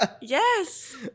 Yes